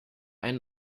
einen